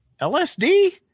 LSD